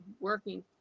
working